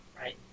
right